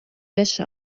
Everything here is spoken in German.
wäsche